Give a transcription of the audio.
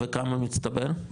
וכמה מצטבר?